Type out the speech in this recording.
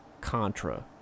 Contra